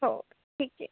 हो ठीक आहे